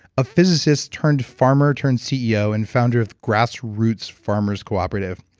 a physicist turned farmer turned ceo, and founder of the grassroots farmers' cooperative.